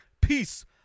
Peace